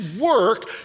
work